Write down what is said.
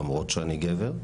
למרות שאני גבר.